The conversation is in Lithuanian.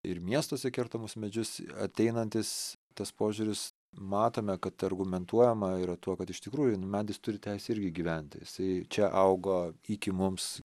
ir miestuose kertamus medžius ateinantis tas požiūris matome kad argumentuojama yra tuo kad iš tikrųjų nu medis turi teisę irgi gyventi jisai čia augo iki mums